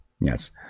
Yes